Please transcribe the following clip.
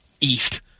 east